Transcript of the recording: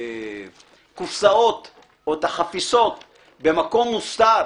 הקופסאות או את החפיסות במקום מוסתר,